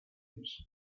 blends